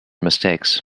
mistakes